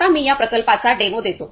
आता मी या प्रकल्पाचा डेमो देतो